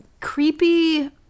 Creepy